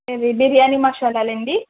అది బిర్యానీ మసాలాలు అండి